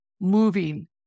moving